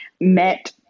met